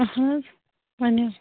اہن حظ ؤنِو